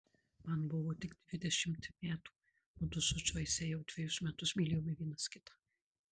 man buvo tik dvidešimt metų mudu su džoise jau dvejus metus mylėjome vienas kitą